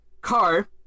Car